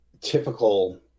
typical